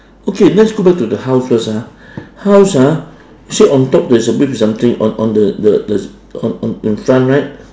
okay let's go back to the house first ah house ah actually on top there's a big something on on the the the on on in front right